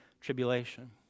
tribulation